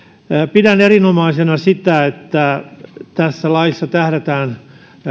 pidän erinomaisena sitä että tässä laissa tähdätään